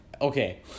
Okay